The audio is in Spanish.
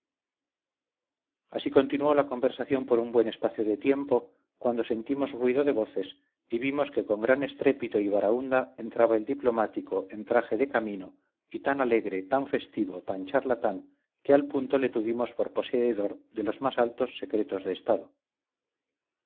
así continuó la conversación por un buen espacio de tiempo cuando sentimos ruido de voces y vimos que con gran estrépito y barahúnda entraba el diplomático en traje de camino y tan alegre tan festivo tan charlatán que al punto le tuvimos por poseedor de los más altos secretos de estado